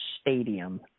stadium